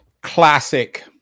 classic